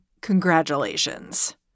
congratulations